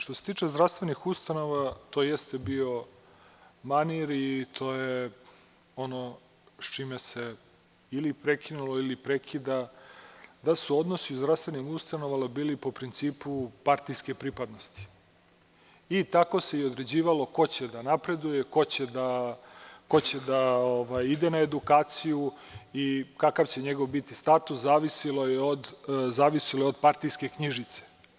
Što se tiče zdravstvenih ustanova, to jeste bio manir i to je ono sa čime se ili prekinulo ili prekida, da su odnosi u zdravstvenim ustanovama bili po principu partijske pripadnosti, i tako se i određivalo ko će da napreduje, ko će da ide na edukaciju i kakav će njegov biti status, zavisilo je od partijske knjižice.